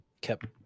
kept